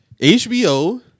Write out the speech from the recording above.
HBO